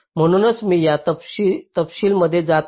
म्हणून मी या तपशील मध्ये जात नाही